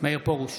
מאיר פרוש,